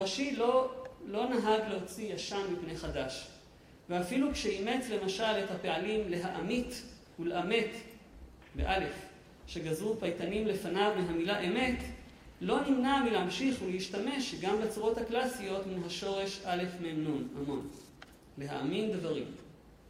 הראשי לא, לא נהג להוציא ישן מפני חדש, ואפילו כשאימץ למשל את הפעלים "להאמית" ו"לאמת" באל"ף, שגזרו פייטנים לפניו מהמילה אמת, לא נמנע מלהמשיך ולהשתמש גם בצורות הקלאסיות מו השורש א' מ' נ' אמון. להאמין דברים.